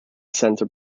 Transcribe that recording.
centre